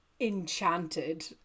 enchanted